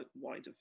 wider